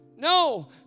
No